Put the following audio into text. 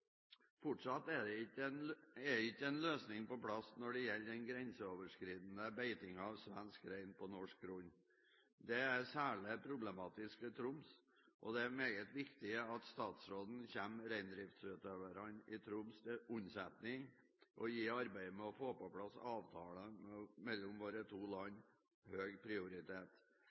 Fortsatt er det ikke en løsning på plass når det gjelder den grenseoverskridende beitingen av svensk rein på norsk grunn. Dette er særlig problematisk i Troms, og det er meget viktig at statsråden kommer reindriftsutøverne i Troms til unnsetning og gir arbeidet med å få på plass avtalen mellom våre to land høy prioritet.